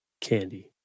Candy